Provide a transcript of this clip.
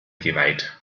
geweiht